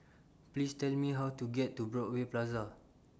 Please Tell Me How to get to Broadway Plaza